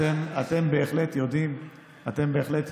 אתם בהחלט יודעים